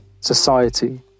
society